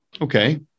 Okay